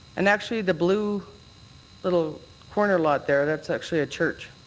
and actually the blue little corner lot there, that's actually a church.